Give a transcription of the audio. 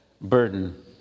burden